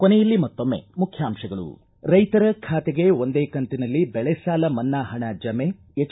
ಕೊನೆಯಲ್ಲಿ ಮತ್ತೊಮ್ಮೆ ಮುಖ್ಯಾಂಶಗಳು ರೈತರ ಖಾತೆಗೆ ಒಂದೇ ಕಂತಿನಲ್ಲಿ ಬೆಳೆ ಸಾಲ ಮನ್ನಾ ಹಣ ಜಮೆ ಎಚ್